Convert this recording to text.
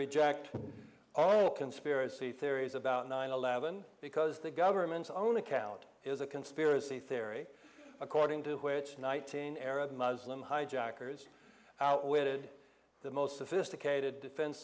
reject all conspiracy theories about nine eleven because the government's own account is a conspiracy theory according to which nineteen arab muslim hijackers outwitted the most sophisticated defense